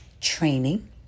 training